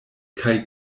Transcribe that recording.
kaj